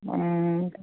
অঁ